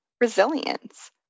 resilience